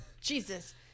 jesus